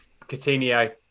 Coutinho